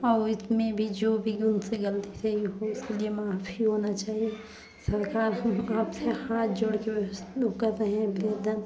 और इसमें भी जो भी उनसे गलती से ही हो उसके लिए माफ़ी होना चाहिए सरकार हम आपसे हाथ जोड़ कर ऊ कर रहे हैं निवेदन